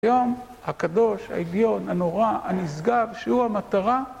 היום הקדוש העליון הנורא הנשגב שהוא המטרה